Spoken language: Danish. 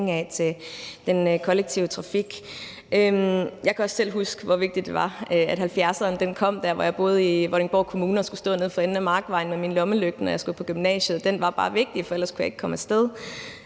af til den kollektive trafik. Jeg kan også selv huske, hvor vigtigt det var, at 70'eren kom i Vordingborg Kommune, hvor jeg boede, og at jeg skulle stå nede for enden af markvejen med min lommelygte, når jeg skulle til gymnasiet. Den var bare vigtig, for ellers kunne jeg ikke komme af sted.